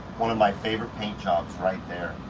one of my favorite paint jobs right there